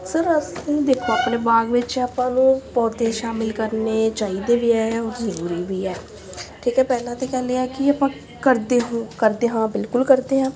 sir ਅਸੀਂ ਦੇਖੋ ਆਪਣੇ ਬਾਗ ਵਿੱਚ ਆਪਾਂ ਨੂੰ ਪੌਦੇ ਸ਼ਾਮਿਲ ਕਰਨੇ ਚਾਹੀਦੇ ਵੀ ਹੈ ਔਰ ਜ਼ਰੂਰੀ ਵੀ ਹੈ ਠੀਕ ਹੈ ਪਹਿਲਾਂ ਤਾਂ ਕਹਿੰਦੇ ਹੈ ਕਿ ਆਪਾਂ ਕਰਦੇ ਹੋ ਕਰਦੇ ਹਾਂ ਬਿਲਕੁਲ ਕਰਦੇ ਹਾਂ